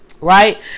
Right